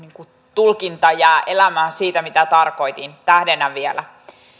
tulkinta jää elämään siitä mitä tarkoitin tähdennän vielä